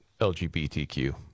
LGBTQ